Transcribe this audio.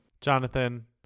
Jonathan